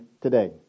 today